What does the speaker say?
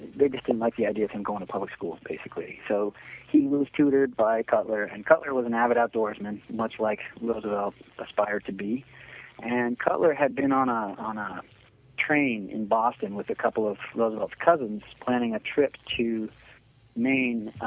they just didn't like the idea from going to public school basically. so he was tutored by cutler and cutler was an avid outdoorsman much like roosevelt inspired to be and cutler had been on ah a ah train in boston with a couple of roosevelt's cousins planning a trip to maine.